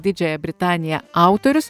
didžiąją britaniją autorius